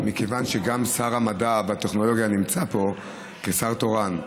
מכיוון שגם שר המדע והטכנולוגיה נמצא פה כשר תורן,